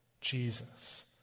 Jesus